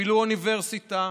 אפילו אוניברסיטה.